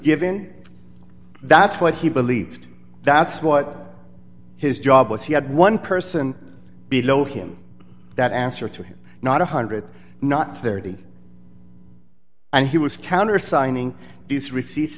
given that's what he believed that's what his job was he had one person below him that answer to him not a one hundred not thirty and he was counter signing these receipts